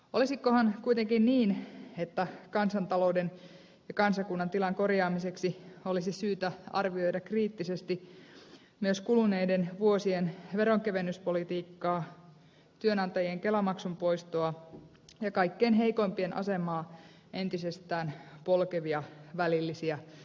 olisikohan kuitenkin niin että kansantalouden ja kansakunnan tilan korjaamiseksi olisi syytä arvioida kriittisesti myös kuluneiden vuosien veronkevennyspolitiikkaa työnantajien kelamaksun poistoa ja kaikkein heikoimpien asemaa entisestään polkevia välillisiä verolinjauksia